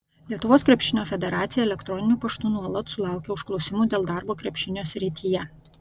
lietuvos krepšinio federacija elektroniniu paštu nuolat sulaukia užklausimų dėl darbo krepšinio srityje